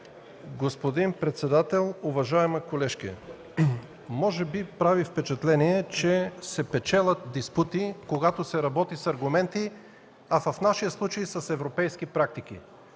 Господин председател, уважаема колежке! Може би прави впечатление, че се печелят диспути, когато се работи с аргументи, а в нашия случай с европейски практики.